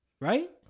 Right